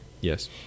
Yes